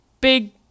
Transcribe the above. big